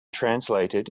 translated